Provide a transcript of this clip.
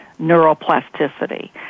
neuroplasticity